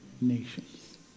nations